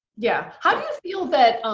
yeah how do you feel that,